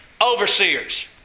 overseers